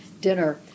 dinner